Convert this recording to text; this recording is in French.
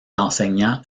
enseignant